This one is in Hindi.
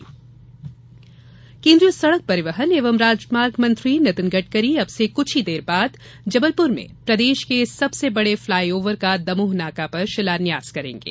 गडकरी केन्द्रीय सड़क परिवहन एवं राजमार्ग मंत्री नितिन गडकरी अब से क्छ देर में जबलपुर में प्रदेश के सबसे बड़े फ्लाई ओव्हर का दमोह नाका पर शिलान्यास करेंगे